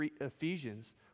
Ephesians